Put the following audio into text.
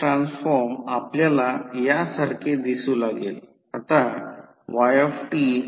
9 दिसत असल्यास भार हे 3160 वॅट आहे तर उत्तर बरोबर आहे